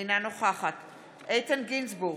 אינה נוכחת איתן גינזבורג,